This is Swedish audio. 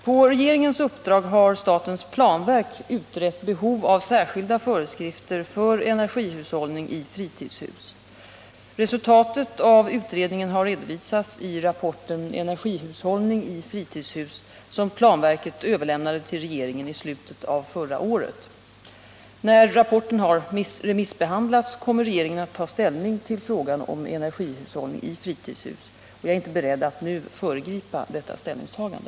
På regeringens uppdrag har statens planverk utrett behovet av särskilda föreskrifter för energihushållning i fritidshus. Resultatet av utredningen har redovisats i rapporten Energihushållning i fritidshus, som planverket överlämnade till regeringen i slutet av förra året. När rapporten har remissbehandlats kommer regeringen att ta ställning till frågan om energihushållning i fritidshus. Jag är inte beredd att nu föregripa detta ställningstagande.